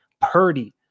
Purdy